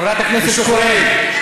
חברת הכנסת קורן.